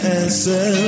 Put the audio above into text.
answer